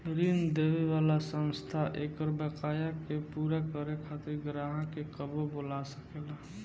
ऋण देवे वाला संस्था एकर बकाया के पूरा करे खातिर ग्राहक के कबो बोला सकेला